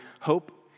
hope